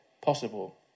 possible